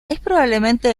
probablemente